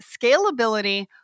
scalability